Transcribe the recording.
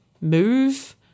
move